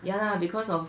ya lah because of